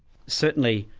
certainly,